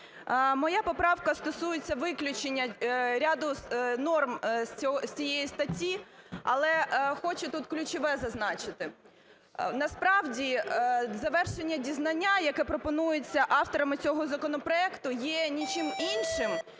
Моя поправка стосується виключення ряду норм з цієї статті, але хочу тут ключове зазначити. Насправді завершення дізнання, яке пропонується авторами цього законопроекту, є не чим іншим